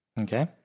Okay